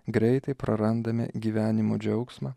greitai prarandame gyvenimo džiaugsmą